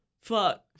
fuck